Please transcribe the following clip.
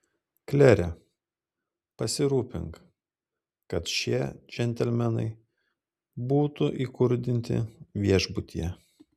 klere pasirūpink kad šie džentelmenai būtų įkurdinti viešbutyje